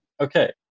Okay